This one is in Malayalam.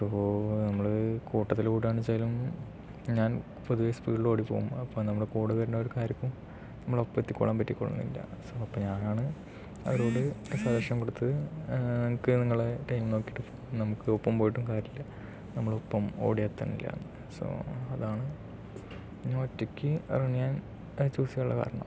സോ നമ്മള് കൂട്ടത്തിലോടാന്ന് വെച്ചാലും ഞാൻ പൊതുവെ സ്പീഡിൽ ഓടിപ്പോകും അപ്പം നമ്മുടെ കൂടെ വരുന്നവർക്കാർക്കും നമ്മളൊപ്പം എത്തിക്കൂടാൻ പറ്റിക്കൂടണെന്നില്ല സൊ അപ്പം ഞാനാണ് അവരോട് സജെഷൻ കൊടുത്ത് എനിക്ക് നിങ്ങളുടെ ടൈം നോക്കിയിട്ട് നമുക്ക് ഒപ്പം പോയിട്ടും കാര്യല്ല നമ്മളൊപ്പം ഓടി എത്തണില്ല സൊ അതാണ് ഞാൻ ഒറ്റക്ക് റണ്ണെയ്യാൻ ചൂസെയ്യാനുള്ള കാരണം